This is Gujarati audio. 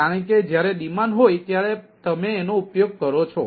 કારણ કે જ્યારે ડિમાન્ડ હોય ત્યારે તમે તેનો ઉપયોગ કરો છો